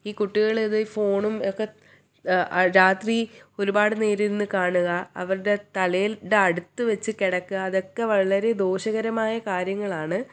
ഈ കുട്ടികൾ ഇത് ഈ ഫോണും ഒക്കെ രാത്രി ഒരുപാട് നേരം ഇരുന്ന് കാണുക അവരുടെ തലയുടെ അടുത്ത് വെച്ച് കിടക്കുക അതൊക്കെ വളരെ ദോഷകരമായ കാര്യങ്ങളാണ്